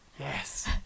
Yes